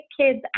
kids